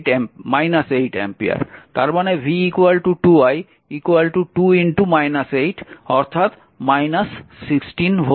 তার মানে v 2 i 2 অর্থাৎ 16 ভোল্ট